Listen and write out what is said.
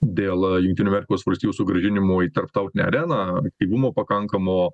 dėl jungtinių amerikos valstijų sugrąžinimo į tarptautinę areną aktyvumo pakankamo